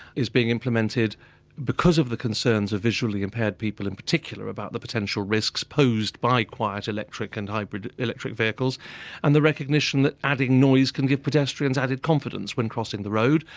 is being implemented because of the concerns of visually impaired people, in particular, about the potential risks posed by quiet electric and hybrid electric vehicles and the recognition that adding noise can give pedestrians added confidence when crossing the road,